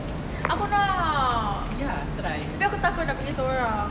aku nak tapi aku takut nak pergi sorang